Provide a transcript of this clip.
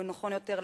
או נכון יותר,